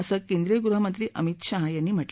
असं केंद्रीय गृहमंत्री अमित शहा यांनी म्हा